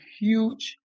huge